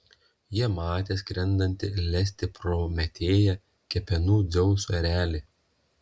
jie matė skrendantį lesti prometėjo kepenų dzeuso erelį